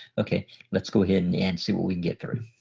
okay let's go ahead and and see what we get through.